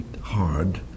hard